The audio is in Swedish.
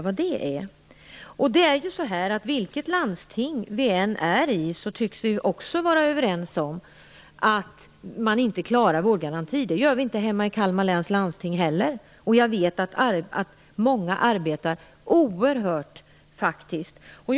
Vilket landsting vi än är i, det tycks vi också vara överens om, klarar man inte vårdgarantin. Det gör vi inte hemma i Kalmar läns landsting heller. Jag vet att många arbetar oerhört hårt med detta.